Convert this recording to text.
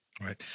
Right